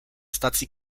stacji